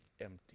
empty